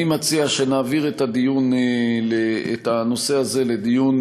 אני מציע שנעביר את הנושא הזה לדיון,